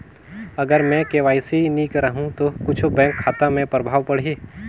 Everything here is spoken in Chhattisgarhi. अगर मे के.वाई.सी नी कराहू तो कुछ बैंक खाता मे प्रभाव पढ़ी?